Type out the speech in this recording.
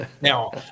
Now